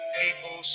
people